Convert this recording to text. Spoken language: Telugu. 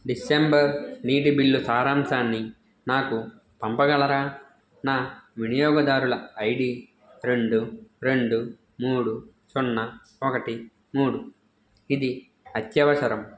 డిసెంబర్ నీటి బిల్లు సారాంశాన్ని నాకు పంపగలరా నా వినియోగదారుల ఐడి రెండు రెండు మూడు సున్నా ఒకటి మూడు ఇది అత్యవసరం